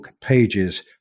pages